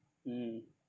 mm